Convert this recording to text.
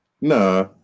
nah